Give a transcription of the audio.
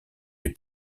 les